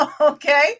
Okay